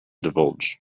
divulge